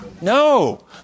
No